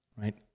right